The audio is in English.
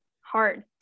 hard